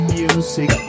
music